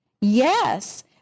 Yes